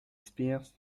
spears